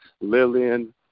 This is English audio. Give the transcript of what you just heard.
Lillian